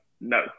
no